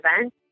event